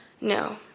No